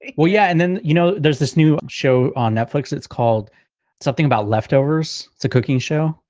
yeah well, yeah. and then, you know, there's this new show on netflix. it's called something about leftovers. it's a cooking show,